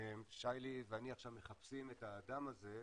שי-לי ואני עכשיו מחפשים את האדם הזה.